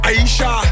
Aisha